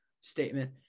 statement